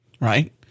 Right